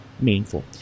meaningful